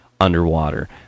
underwater